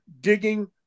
digging